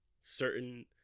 certain